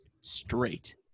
straight